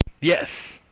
Yes